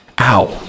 Ow